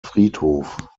friedhof